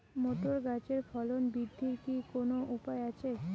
Motor গাছের ফলন বৃদ্ধির কি কোনো উপায় আছে?